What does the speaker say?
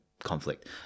Conflict